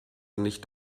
nicht